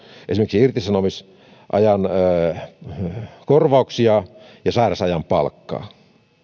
esimerkiksi irtisanomisajan korvauksia ja sairausajan palkkaa